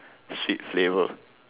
sweet flavour